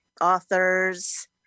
authors